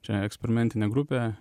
šią eksperimentinę grupę